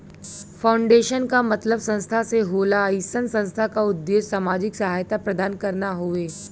foundation क मतलब संस्था से होला अइसन संस्था क उद्देश्य सामाजिक सहायता प्रदान करना हउवे